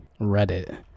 Reddit